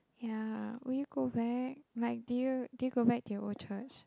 ya will you go back like did you did you go back to your old church